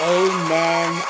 amen